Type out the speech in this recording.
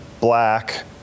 black